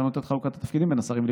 לשנות את חלוקת התפקידים בי השרים,